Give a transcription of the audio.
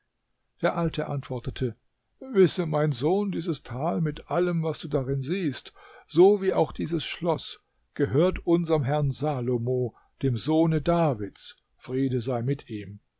der alte antwortete wisse mein sohn dieses tal mit allem was du darin siehst so wie auch dieses schloß gehört unserm herrn salomo dem sohne davids friede